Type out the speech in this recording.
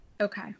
Okay